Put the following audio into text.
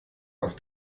auf